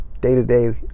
day-to-day